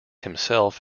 himself